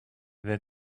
that